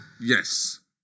Yes